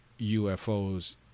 UFOs